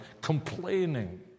complaining